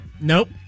Nope